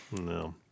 No